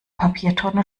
papiertonne